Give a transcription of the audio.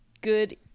good